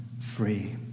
free